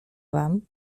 wam